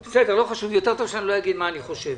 לא חשוב, יותר טוב שאני לא אגיד מה אני חושב.